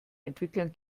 entwicklern